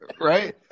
Right